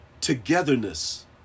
togetherness